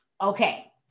Okay